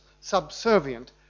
subservient